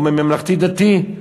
או מממלכתי-דתי?